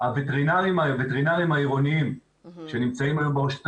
הווטרינרים העירוניים שנמצאים היום ברשויות המקומיות,